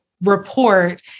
report